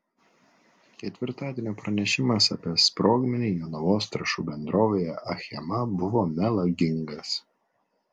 ketvirtadienio pranešimas apie sprogmenį jonavos trąšų bendrovėje achema buvo melagingas